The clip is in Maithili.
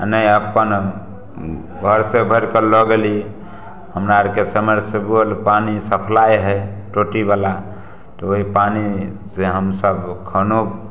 आ नहि अपन घर से भरि कऽ लऽ गेली हमरा आरके समर सिबल पानि सप्लाय है टोटी बला तऽ ओहि पानी से हमसब खानो